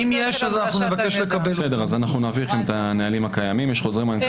האם יש נהלים מסודרים ומפורסמים?